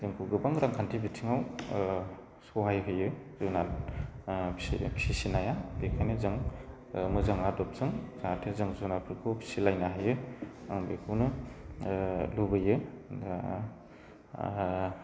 जोंखौ गोबां रांखान्थि बिथिङाव सहाय होयो जुनार फिसिनाया बेखायनो जों मोजां आदबजों जाहाथे जों जुनारफोरखौ फिसिलायनो हायो आं बेखौनो लुबैयो